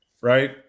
Right